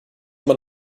man